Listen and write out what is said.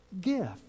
gift